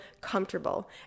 comfortable